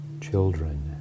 children